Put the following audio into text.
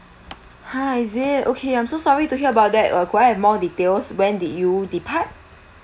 ha is it okay I'm so sorry to hear about that uh could I have more details when did you depart